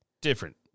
Different